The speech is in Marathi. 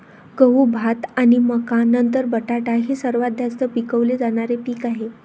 गहू, भात आणि मका नंतर बटाटा हे सर्वात जास्त पिकवले जाणारे पीक आहे